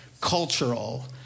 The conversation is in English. cultural